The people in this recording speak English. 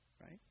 Right